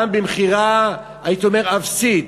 גם במכירה הייתי אומר "אפסית",